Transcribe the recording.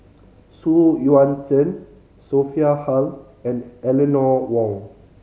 Xu Yuan Zhen Sophia Hull and Eleanor Wong